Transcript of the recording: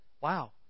wow